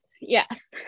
Yes